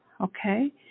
Okay